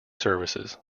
services